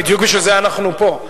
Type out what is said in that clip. בדיוק בשביל זה אנחנו פה.